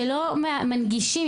שלא מנגישים,